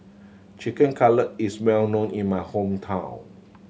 Chicken Cutlet is well known in my hometown